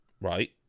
right